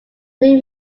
new